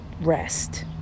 rest